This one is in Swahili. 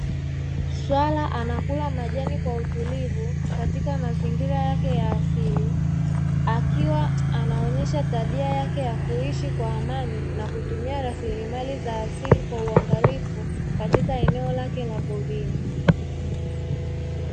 Swala anakula majani kwa utulivu, katika mazingira yake ya asili, akiwa anaonyesha tabia yake ya kuishi kwa amani na kutumia rasilimali za asili kwa uangalifu, katika eneo lake la porini.